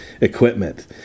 equipment